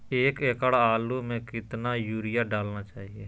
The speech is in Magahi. एक एकड़ आलु में कितना युरिया डालना चाहिए?